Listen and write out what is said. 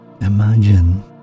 imagine